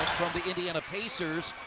from the indiana pacers,